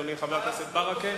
אדוני חבר הכנסת ברכה,